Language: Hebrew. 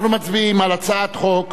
אנחנו מצביעים על הצעת חוק